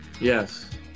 Yes